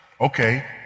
okay